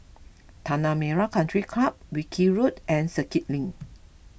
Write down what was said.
Tanah Merah Country Club Wilkie Road and Circuit Link